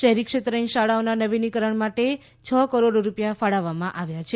શહેરી ક્ષેત્રની શાળાઓના નવીનીકરણ માટે છ કરોડ રૂપિય ફાળવવામાં આવ્યા છે